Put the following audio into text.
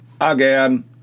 Again